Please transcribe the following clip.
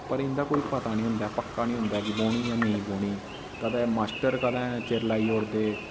पर इं'दा कोई पता निं होंदा ऐ पक्का निं होंदा ऐ की बौह्नी जा नेईं बौह्नी कदें मास्टर कदें चिर लाई ओड़दे